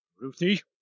Ruthie